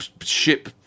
Ship